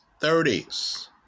30s